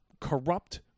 corrupt